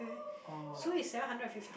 oh